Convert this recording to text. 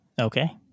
Okay